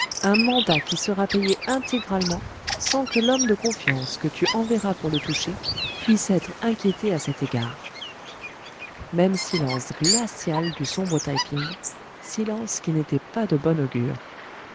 un mandat qui sera payé intégralement sans que l'homme de confiance que tu enverras pour le toucher puisse être inquiété à cet égard même silence glacial du sombre taï ping silence qui n'était pas de bon augure